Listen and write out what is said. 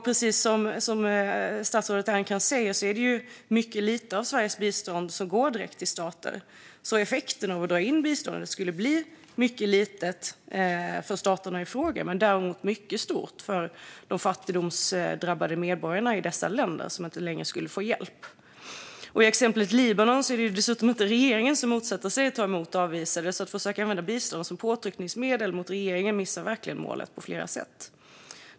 Precis som statsrådet Ernkrans säger är det ju mycket lite av Sveriges bistånd som går direkt till stater. Effekten av att dra in biståndet skulle därför bli mycket liten för staterna i fråga men däremot mycket stor för de fattigdomsdrabbade medborgarna i dessa länder, som inte längre skulle få hjälp. I exemplet Libanon är det dessutom inte regeringen som motsätter sig att ta emot avvisade, så man missar verkligen målet på flera sätt om man försöker att använda bistånd som påtryckningsmedel mot regeringen.